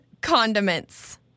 condiments